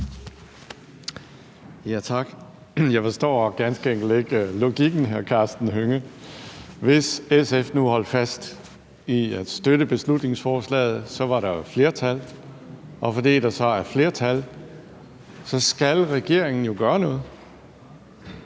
(DF): Jeg forstår ganske enkelt ikke logikken, vil jeg sige til hr. Karsten Hønge. Hvis SF nu holdt fast i at støtte beslutningsforslaget, var der jo et flertal, og fordi der så er et flertal, skal regeringen jo gøre noget.